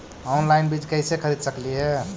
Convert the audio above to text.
Online बीज कईसे खरीद सकली हे?